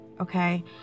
Okay